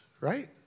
right